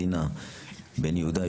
דינה בן יהודה,